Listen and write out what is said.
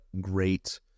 great